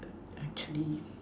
actually